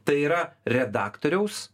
tai yra redaktoriaus